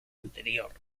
anterior